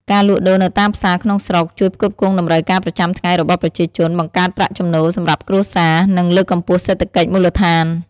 ការលក់ដូរនៅតាមផ្សារក្នុងស្រុកជួយផ្គត់ផ្គង់តម្រូវការប្រចាំថ្ងៃរបស់ប្រជាជន បង្កើតប្រាក់ចំណូលសម្រាប់គ្រួសារ និង លើកកម្ពស់សេដ្ឋកិច្ចមូលដ្ឋាន។